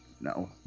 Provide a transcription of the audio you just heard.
no